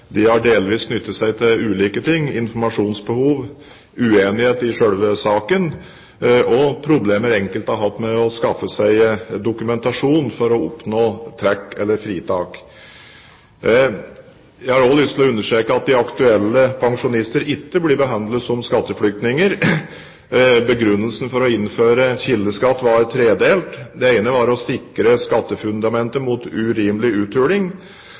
de har delvis knyttet seg til ulike ting: informasjonsbehov, uenighet i selve saken og problemer enkelte har hatt med å skaffe seg dokumentasjon for å oppnå trekk eller fritak. Jeg har lyst til å understreke at de aktuelle pensjonistene ikke blir behandlet som skatteflyktninger. Begrunnelsen for å innføre kildeskatt var tredelt. Det ene var å sikre skattefundamentet mot urimelig uthuling.